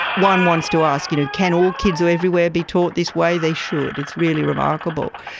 one wants to ask you know can all kids everywhere be taught this way? they should, it's really remarkable.